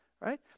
right